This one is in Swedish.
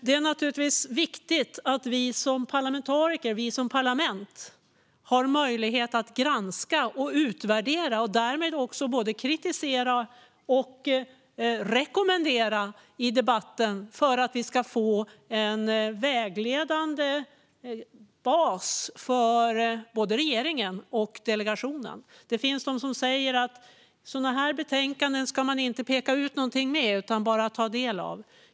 Det är naturligtvis viktigt att vi som parlamentariker och som parlament har möjlighet att granska och utvärdera och därmed också både kritisera och rekommendera i debatten för att vi ska få en vägledande bas för både regeringen och delegationen. Det finns de som säger att sådana här betänkanden ska man inte peka ut någonting med utan bara ta del av.